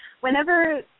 whenever